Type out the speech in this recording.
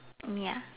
ya